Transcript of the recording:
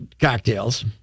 cocktails